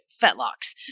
fetlocks